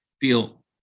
feel